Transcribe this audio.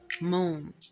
moon